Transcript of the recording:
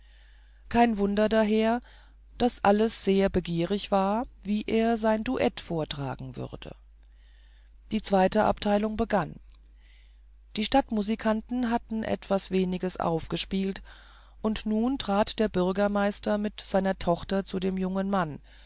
kein wunder daher daß alles sehr begierig war wie er sein duett vortragen würde die zweite abteilung begann die stadtmusikanten hatten etwas weniges aufgespielt und nun trat der bürgermeister mit seiner tochter zu dem jungen mann